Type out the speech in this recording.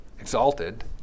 exalted